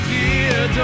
Dear